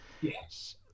Yes